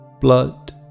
blood